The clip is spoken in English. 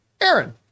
Aaron